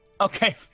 Okay